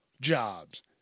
jobs